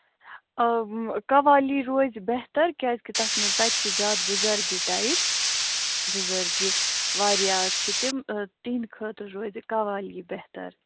آ قوالی روٗزِ بہتر کیٛازِ کہِ تتھ منٛز تتہِ چھِ زیادٕ بُزرگٕے ٹایِپ بُزرگٕے واریاہ چھِ تِم تِہٕنٛدِ خٲطرٕ روزِ قوالی بہتر